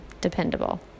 dependable